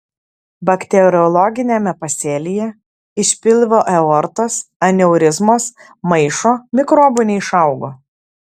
bakteriologiniame pasėlyje iš pilvo aortos aneurizmos maišo mikrobų neišaugo